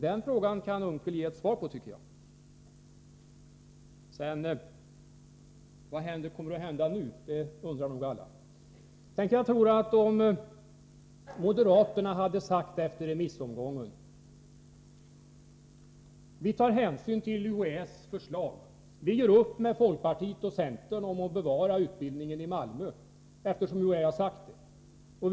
Jag anser att Per Unckel skall besvara den frågan. Vad kommer egentligen att hända? Det undrar nog alla. Tänk om moderaterna efter remissomgången hade sagt: Vi tar hänsyn till UHÄ:s förslag. Vi gör upp med folkpartiet och centern om bevarandet av utbildningen i Malmö, eftersom det överensstämmer med vad UHÄ uttalat.